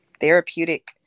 therapeutic